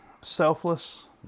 selfless